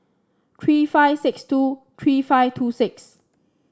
three five six two three five two six